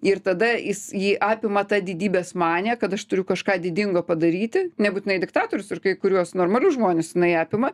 ir tada jis jį apima ta didybės manija kad aš turiu kažką didingo padaryti nebūtinai diktatorius ir kai kuriuos normalius žmones jinai apima